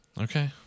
Okay